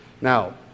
now